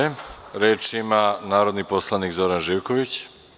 Reč ima narodni poslanik Zoran Živković.